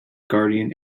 guardian